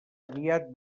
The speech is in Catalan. aviat